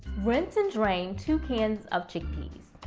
rinse and drain two cans of chickpeas.